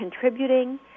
contributing